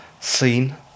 scene